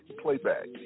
playback